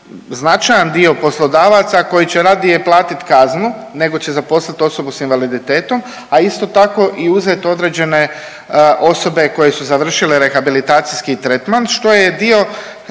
značajan dio poslodavaca koji će radije platiti kaznu nego će zaposliti osobu sa invaliditetom, a isto tako i uzeti određene osobe koje su završile rehabilitacijski tretman što je dio